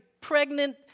pregnant